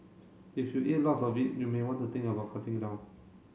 if you eat lots of it you may want to think about cutting down